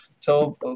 tell